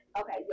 okay